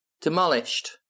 Demolished